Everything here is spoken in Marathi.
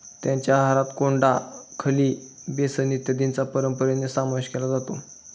त्यांच्या आहारात कोंडा, खली, बेसन इत्यादींचा परंपरेने समावेश केला जातो